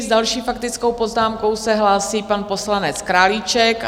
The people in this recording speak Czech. S další faktickou poznámkou se hlásí pan poslanec Králíček.